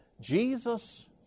Jesus